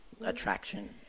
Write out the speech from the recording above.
Attraction